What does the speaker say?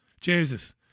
Jesus